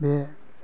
बे